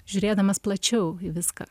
žiūrėdamas plačiau į viską